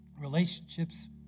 relationships